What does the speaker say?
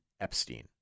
Epstein